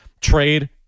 Trade